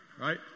right